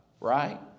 right